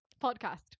Podcast